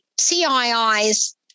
CII's